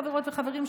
חברות וחברים,